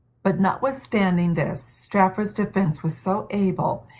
but, notwithstanding this, strafford's defense was so able,